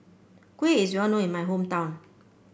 kuih is well known in my hometown